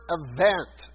event